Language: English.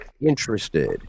interested